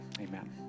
amen